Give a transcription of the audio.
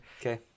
Okay